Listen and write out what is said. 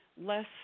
less